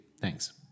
Thanks